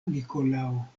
nikolao